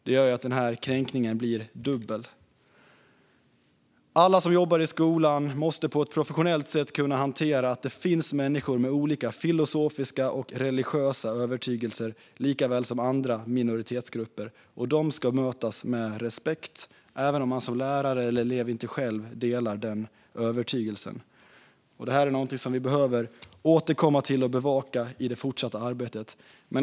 Det gör att kränkningen blir dubbel. Alla som jobbar i skolan måste på ett professionellt sätt kunna hantera att det finns människor med olika filosofiska och religiösa övertygelser, likaväl som andra minoritetsgrupper. De ska bemötas med respekt, även om man som lärare eller elev inte själv delar den övertygelsen. Det är någonting som vi behöver återkomma till och bevaka i det fortsatta arbetet.